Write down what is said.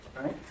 right